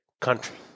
country